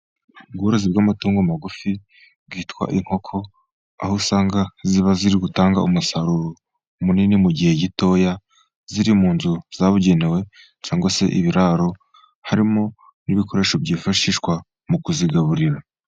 Ubworozi bw'amatungo magufi bwitwa inkoko, aho usanga ziba ziri gutanga umusaro munini mu gihe gitoya, ziri mu nzu zabugenewe, cyangwa se ibiraro, harimo n'ibikoresho byifashishwa mu kuzigaburira.